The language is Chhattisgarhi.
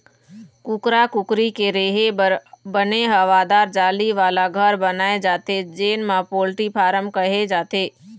कुकरा कुकरी के रेहे बर बने हवादार जाली वाला घर बनाए जाथे जेन ल पोल्टी फारम कहे जाथे